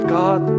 god